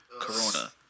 Corona